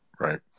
Right